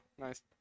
Nice